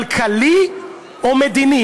כלכלי או מדיני.